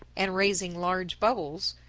and raising large bubbles,